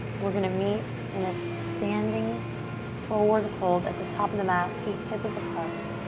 we're gonna meet in a standing forward fold at the top of the mat, feet hip width apart.